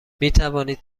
میتوانید